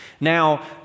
Now